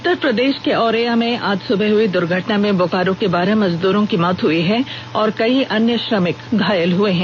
उत्तर प्रदेश के औरैया में आज सुबह हुई दुर्घटना में बोकारो के बारह मजदूरों की मौत हुई है और कई अन्य श्रमिक घायल हुए हैं